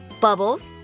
Bubbles